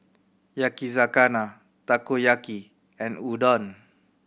Yakizakana Takoyaki and Udon